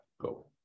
go